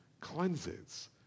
cleanses